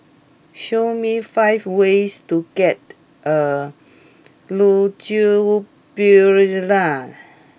show me five ways to get a Ljubljana